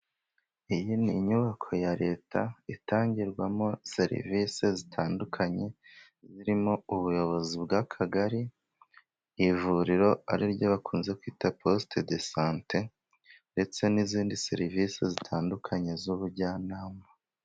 Iyi ni inyubako ya Leta itangirwamo serivisi zitandukanye, zirimo ubuyobozi bw'akagari, ivuriro ariryo bakunze kwita posite do sante, ndetse n'izindi serivisi zitandukanye z'ubujyanama.